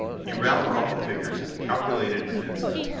he rattled off the figures, calculated an instant,